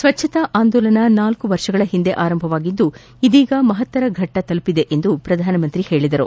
ಸ್ವಜ್ಞತಾ ಅಂದೋಲನ ನಾಲ್ಕು ವರ್ಷಗಳ ಹಿಂದೆ ಆರಂಭವಾಗಿದ್ದು ಇದೀಗ ಮಹತ್ತರ ಘಟ್ಟ ತಲುಪಿದೆ ಎಂದು ಪ್ರಧಾನಮಂತ್ರಿ ಹೇಳಿದರು